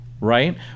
right